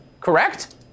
correct